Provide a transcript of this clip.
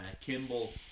Kimball